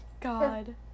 god